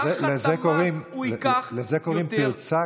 ותחת המס הוא ייקח יותר, לזה קוראים פרצה